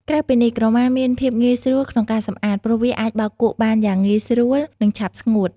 ក្រៅពីនេះ ក្រមាមាន ភាពងាយស្រួលក្នុងការសម្អាត ព្រោះវាអាចបោកគក់បានយ៉ាងងាយស្រួល និងឆាប់ស្ងួត។